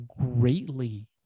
greatly